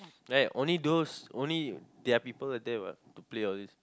like only those there are people there what to play these